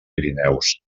pirineus